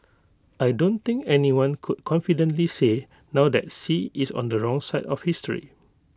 I don't think anyone could confidently say now that Xi is on the wrong side of history